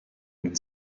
man